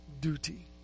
Duty